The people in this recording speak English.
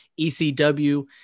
ECW